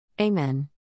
Amen